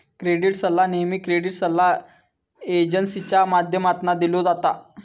credit सल्ला नेहमी credit सल्ला एजेंसींच्या माध्यमातना दिलो जाता